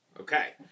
Okay